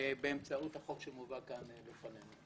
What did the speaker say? באמצעות החוק שמובא כאן לפנינו?